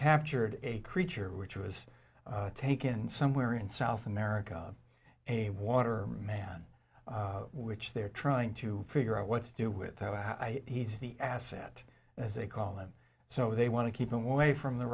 captured a creature which was taken somewhere in south america a water man which they're trying to figure out what to do with how i he's the asset as they call him so they want to keep him away from the